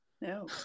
No